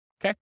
Okay